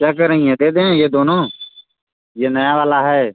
क्या करेंगे दे दें ये दोनों ये नया वाला है